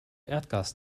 erdgas